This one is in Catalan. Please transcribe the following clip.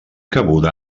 cabuda